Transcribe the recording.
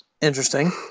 interesting